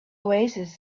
oasis